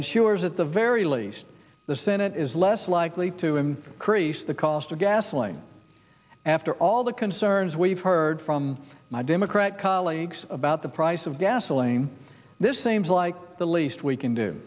ensures at the very least the senate is less likely to in crease the cost of gasoline after all the concerns we've heard from my democrat colleagues about the price of gasoline this seems like the least we can do